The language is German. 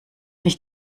nicht